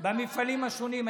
במפעלים השונים.